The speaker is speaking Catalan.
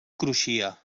cruixia